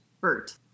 Bert